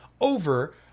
over